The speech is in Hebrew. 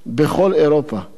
אסיר הוא אדם.